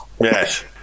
yes